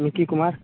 Nikki Kumar